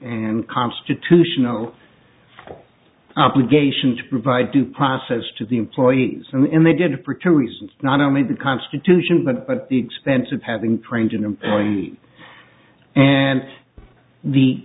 and constitutional obligation to provide due process to the employees and they did it for two reasons not only the constitution but at the expense of having